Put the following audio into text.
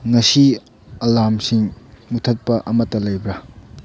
ꯉꯁꯤ ꯑꯂꯥꯔꯃꯁꯤꯡ ꯃꯨꯊꯠꯄ ꯑꯃꯠꯇ ꯂꯩꯕ꯭ꯔ